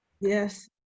Yes